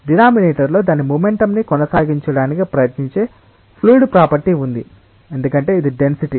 denominator లో దాని momentum ని కొనసాగించడానికి ప్రయత్నించే ఫ్లూయిడ్ ప్రాపర్టీ ఉంది ఎందుకంటే ఇది డెన్సిటీ